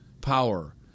power